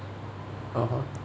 (uh huh)